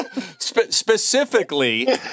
specifically